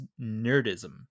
nerdism